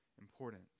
important